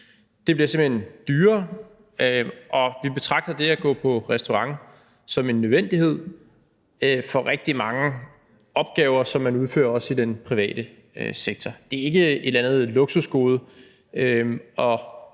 det bliver simpelt hen dyrere. Og vi betragter det at gå på restaurant som en nødvendighed i forhold til rigtig mange opgaver, som man udfører også i den private sektor. Det er ikke et eller andet luksusgode,